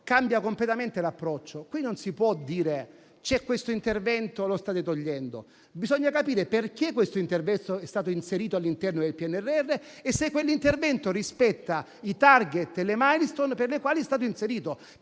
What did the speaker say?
cambia completamente l'approccio. Qui non si può dire: c'è questo intervento, lo state togliendo. Bisogna capire perché un intervento è stato inserito all'interno del PNRR e se rispetta i *target* e le *milestone* per i quali è stato inserito.